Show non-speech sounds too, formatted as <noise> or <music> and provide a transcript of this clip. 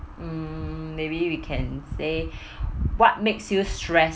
hmm maybe we can say <breath> what makes you stress